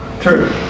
True